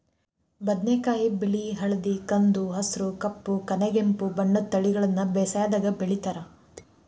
ಬದನೆಕಾಯಿ ಬಿಳಿ ಹಳದಿ ಕಂದು ಹಸುರು ಕಪ್ಪು ಕನೆಗೆಂಪು ಬಣ್ಣದ ತಳಿಗಳನ್ನ ಬೇಸಾಯದಾಗ ಬೆಳಿತಾರ